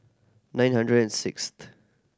nine hundred and sixth